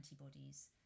antibodies